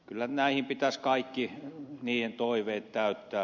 kyllä pitäisi kaikki heidän toiveensa täyttää